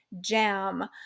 jam